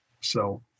So-